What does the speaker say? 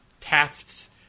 Taft's